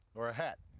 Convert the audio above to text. or a hat.